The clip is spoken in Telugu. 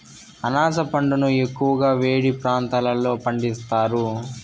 అనాస పండును ఎక్కువగా వేడి ప్రాంతాలలో పండిస్తారు